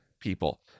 people